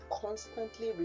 constantly